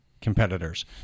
competitors